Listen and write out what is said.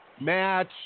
Match